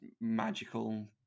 magical